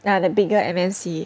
ya the bigger M_N_C